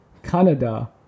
Canada